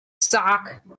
sock